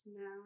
now